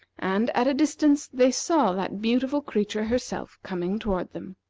and, at a distance, they saw that beautiful creature herself coming toward them.